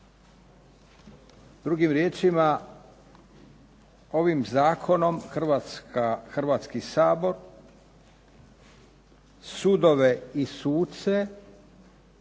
Drugim riječima, ovim zakonom Hrvatski sabor sudove i suce